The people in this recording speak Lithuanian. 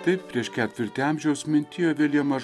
taip prieš ketvirtį amžiaus mintijo viljamas